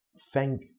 thank